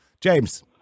James